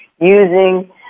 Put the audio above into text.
using